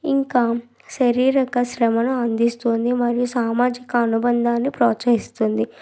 ఇంకా శారీరక శ్రమను అందిస్తుంది మరియు సామాజిక అనుబంధాన్ని ప్రోత్సహిస్తుంది